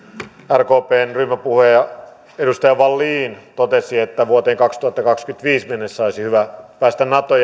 rkpn ryhmäpuhuja edustaja wallin totesi että vuoteen kaksituhattakaksikymmentäviisi mennessä olisi hyvä päästä nato